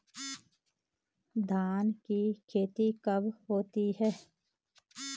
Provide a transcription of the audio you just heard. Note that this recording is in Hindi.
धान की खेती कब होती है?